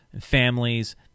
families